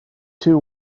two